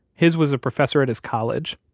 his was a professor at his college,